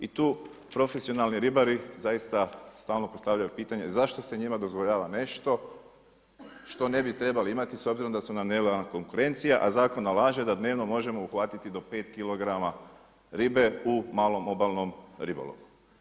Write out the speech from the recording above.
I tu profesionalni ribari zaista stalno postavljaju pitanje zašto se njima dozvoljava nešto što ne bi trebali imati s obzirom da su nelojalna konkurencija, a zakon nalaže da dnevno možemo uhvatiti do pet kilograma ribe u malom obalnom ribolovu.